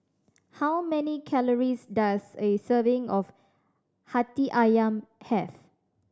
how many calories does a serving of Hati Ayam have